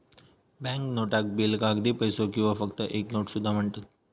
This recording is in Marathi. बँक नोटाक बिल, कागदी पैसो किंवा फक्त एक नोट सुद्धा म्हणतत